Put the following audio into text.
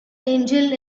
angel